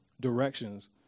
directions